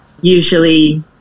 usually